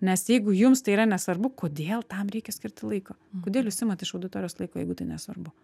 nes jeigu jums tai yra nesvarbu kodėl tam reikia skirti laiko kodėl jūs imat iš auditorijos laiko jeigu tai nesvarbu